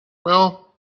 well